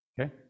Okay